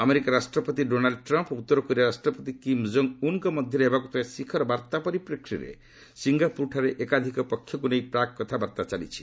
America ରାଷ୍ଟ୍ରପତି Donald Trump ଓ ଉତ୍ତର କୋରିଆ ରାଷ୍ଟ୍ରପତି କିମ୍ ଜୋଙ୍ଗ୍ ଉନ୍ଙ୍କ ମଧ୍ୟରେ ହେବାକୁ ଥିବା ଶିଖର ବାର୍ତ୍ତା ପରିପ୍ରେକ୍ଷୀରେ ସିଙ୍ଗାପୁରଠାରେ ଏକାଧିକ ପକ୍ଷଙ୍କୁ ନେଇ ପ୍ରାକ୍ କଥାବାର୍ତ୍ତା ଚାଳିଛି